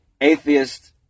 atheist